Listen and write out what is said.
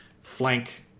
flank